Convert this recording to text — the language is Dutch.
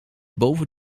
boven